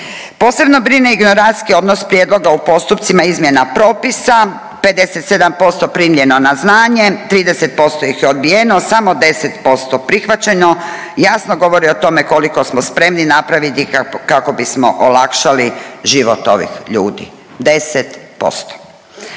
Posebno brine ignorantski odnos prijedloga u postupcima izmjena propisa, 57% primljeno na znanje, 30% ih je odbijeno, samo 10% prihvaćeno jasno govori o tome koliko smo spremni napraviti kako bismo olakšali život ovih ljudi 10%.